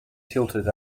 tilted